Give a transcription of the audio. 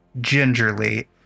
gingerly